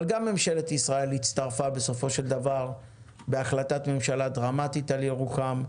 אבל גם ממשלת ישראל הצטרפה בסופו של דבר בהחלטת ממשלה דרמטית על ירוחם,